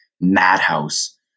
madhouse